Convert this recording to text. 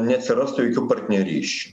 neatsirastų jokių partnerysčių